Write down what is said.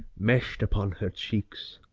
mesh'd upon her cheeks.